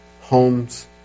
homes